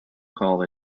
call